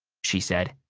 she said.